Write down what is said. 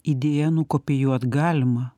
idėją nukopijuot galima